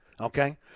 okay